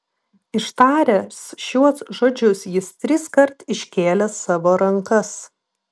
ištaręs šiuos žodžius jis triskart iškėlė savo rankas